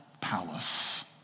palace